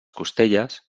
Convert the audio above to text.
costelles